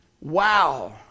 Wow